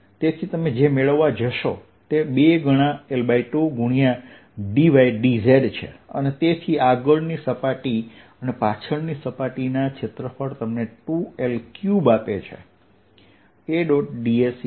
તેથી તમે જે મેળવવા જશો તે 2 ગણા L2 ગુણ્યા dy dz છે તેથી આગળની સપાટી અને પાછળની સપાટીના ક્ષેત્રફળ તમને 2L3 આપે છે